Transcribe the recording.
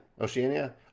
Oceania